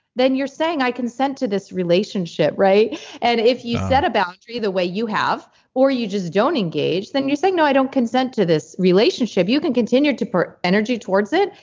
then you're saying, i consent to this relationship. and if you set a boundary the way you have or you just don't engage, then you're saying, no, i don't consent to this relationship. you can continue to put energy towards it,